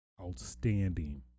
outstanding